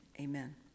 amen